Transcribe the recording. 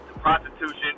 prostitution